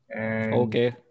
okay